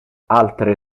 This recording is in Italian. altre